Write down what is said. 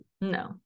No